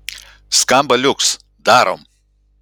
skamba liuks darom